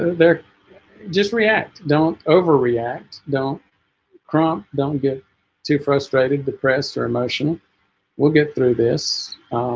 they're just react don't overreact don't krump don't get too frustrated depressed or emotional we'll get through this